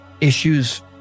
issues